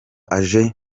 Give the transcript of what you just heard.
aje